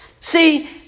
See